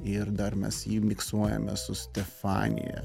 ir dar mes jį miksuojame su stefanija